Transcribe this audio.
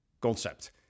concept